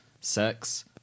sex